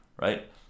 right